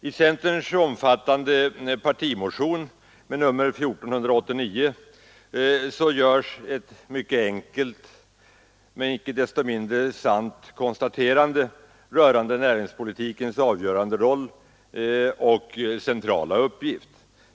I centerns omfattande partimotion, nr 1489, görs ett mycket enkelt men icke desto mindre sant konstaterande rörande näringspolitikens avgörande roll och centrala uppgift.